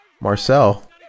Marcel